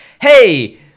hey